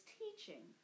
teaching